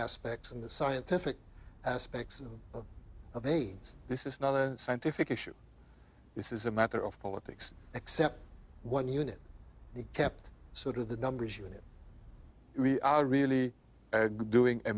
aspects and the scientific aspects of aids this is not a scientific issue this is a matter of politics except one unit he kept sort of the numbers you are really doing a